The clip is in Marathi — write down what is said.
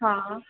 हां